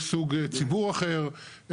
יש סוג ציבור אחר,